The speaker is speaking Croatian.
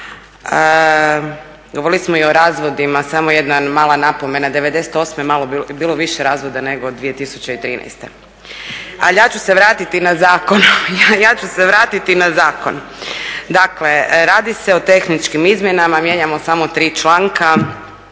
Govorili smo i o razvodima, samo jedna mala napomena, '98. je bilo više razvoda nego 2013. Ali ja ću se vratiti na zakon. Dakle, radi se o tehničkim izmjenama, mijenjamo samo tri članka.